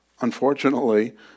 unfortunately